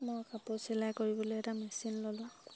মই কাপোৰ চিলাই কৰিবলৈ এটা মেচিন ল'লোঁ